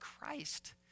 Christ